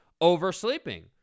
oversleeping